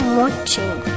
watching